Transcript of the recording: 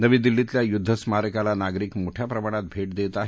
नवी दिल्लीतल्या युद्धस्मारकाला नागरिक मोठ्या प्रमाणात भेट देत आहेत